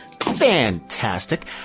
Fantastic